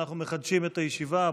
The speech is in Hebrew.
אנחנו מחדשים את הישיבה,